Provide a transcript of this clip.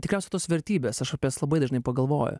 tikriausiai tos vertybės aš apie jas labai dažnai pagalvoju